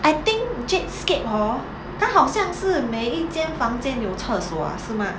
I think jadescape hor 它好像是每一间房间有厕所 ah 是 mah